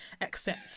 accept